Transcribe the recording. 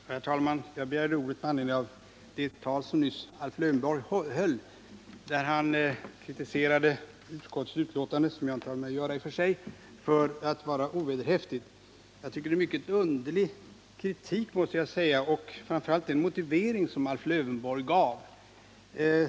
Herr talman! Jag begärde ordet med anledning av Alf Lövenborgs anförande. Han kritiserade utskottets betänkande — som jag inte har något med att göra i och för sig — och sade att det var ovederhäftigt. Det var en mycket underlig kritik, och framför allt gäller det den motivering som Alf Lövenborg gav.